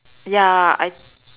ya I